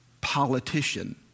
politician